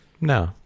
No